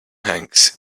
hanks